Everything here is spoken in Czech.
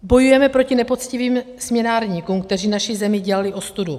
Bojujeme proti nepoctivým směnárníkům, kteří naši zemi dělali ostudu.